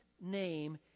name